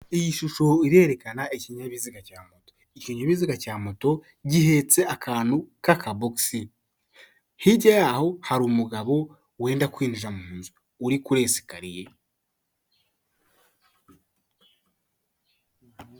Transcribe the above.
Iyi shusho irerekana ikinyabiziga. Ikinyabiziga cya moto gihetse akantu k'akabogisi, hirya y'aho hari umugabo wenda kwinjira mu inzu uri kuri esikariye.